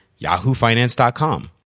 yahoofinance.com